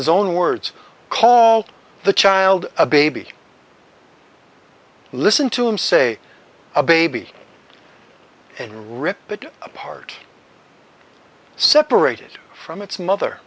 his own words called the child a baby listen to him say a baby and rip it apart separated from its mother